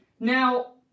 Now